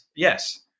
Yes